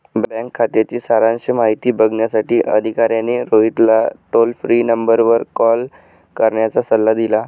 bank खात्याची सारांश माहिती बघण्यासाठी अधिकाऱ्याने रोहितला टोल फ्री नंबरवर कॉल करण्याचा सल्ला दिला